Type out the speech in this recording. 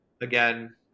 again